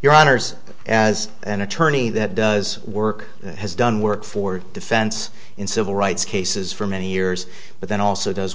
your honors as an attorney that does work has done work for defense in civil rights cases for many years but then also does